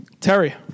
Terry